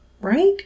Right